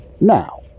Now